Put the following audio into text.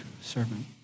servant